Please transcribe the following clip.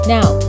Now